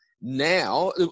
now